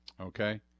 Okay